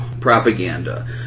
propaganda